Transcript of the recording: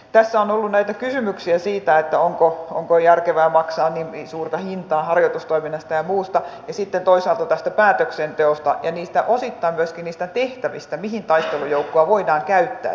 tässä on ollut näitä kysymyksiä siitä onko järkevää maksaa niin suurta hintaa harjoitustoiminnasta ja muusta ja sitten toisaalta tästä päätöksenteosta ja osittain myöskin niistä tehtävistä mihin taistelujoukkoa voidaan käyttää tai ei